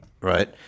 right